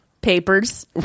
papers